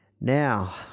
Now